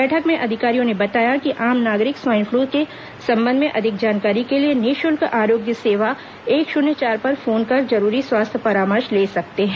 बैठक में अधिकारियों ने बताया कि आम नागरिक स्वाइन फ्लू के संबंध में अधिक जानकारी के लिए निःशुल्क आरोग्य सेवा एक शून्य चार पर फोन कर जरूरी स्वास्थ्य परामर्श ले सकते हैं